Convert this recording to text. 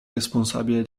responsabile